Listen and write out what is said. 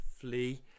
flee